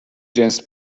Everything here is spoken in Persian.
جنس